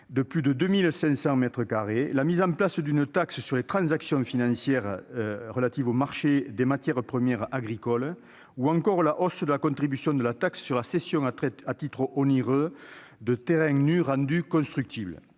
mètres carrés, par la mise en place d'une taxe sur les transactions financières sur les marchés des matières premières agricoles ou encore par la hausse de la contribution de la taxe sur la cession à titre onéreux de terrains nus rendus constructibles.